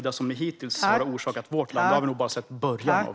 Det som ni hittills orsakat vårt land har vi nog bara sett början av.